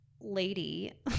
lady